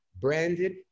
branded